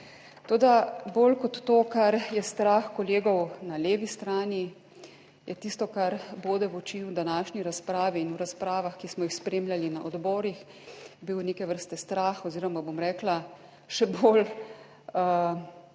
Toda bolj kot to, kar je strah kolegov na levi strani, je tisto kar bode v oči v današnji razpravi in v razpravah, ki smo jih spremljali na odborih, bil neke vrste strah oziroma, bom rekla, še bolj